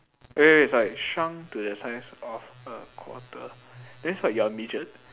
wait wait sorry shrunk to the size of a quarter that's what you are a midget